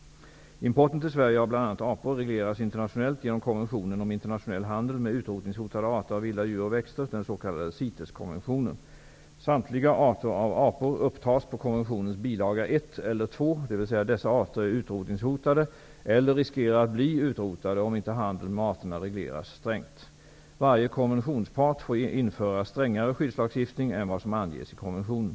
Importen till Sverige av bl.a. apor regleras internationellt genom konventionen om internationell handel med utrotningshotade arter av vilda djur och växter, den s.k. CITES konventionen. Samtliga arter av apor upptas på konventionens bil. I eller II, dvs. att dessa arter är utrotningshotade eller riskerar att bli utrotade, om inte handeln med arterna regleras strängt. Varje konventionspart får införa strängare skyddslagstiftning än vad som anges i konventionen.